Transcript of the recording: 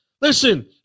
Listen